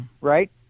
right